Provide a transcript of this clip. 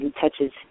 touches